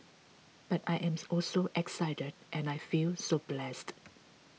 but I am also excited and I feel so blessed